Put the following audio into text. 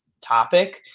topic